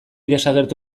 desagertu